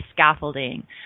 scaffolding